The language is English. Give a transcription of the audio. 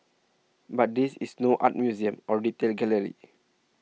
but this is no art museum or retail gallery